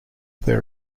there